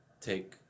take